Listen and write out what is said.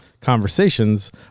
conversations